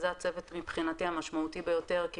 שהוא מבחינתי הצוות המשמעותי ביותר כי